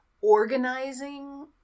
organizing